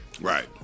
Right